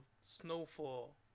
Snowfall